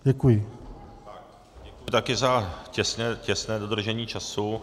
Děkuji taky za těsné dodržení času.